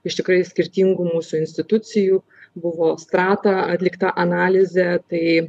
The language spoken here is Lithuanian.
iš tikrai skirtingų mūsų institucijų buvo skrata atlikta analizė tai